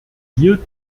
hier